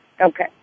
Okay